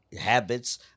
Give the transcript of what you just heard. habits